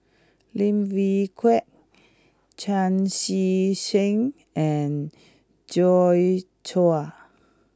Lim Wee Kiak Chan Chee Seng and Joi Chua